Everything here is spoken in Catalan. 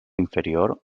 inferior